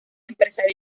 empresario